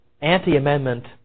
anti-amendment